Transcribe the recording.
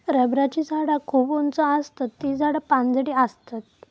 रबराची झाडा खूप उंच आसतत ती झाडा पानझडी आसतत